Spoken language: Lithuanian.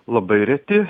labai reti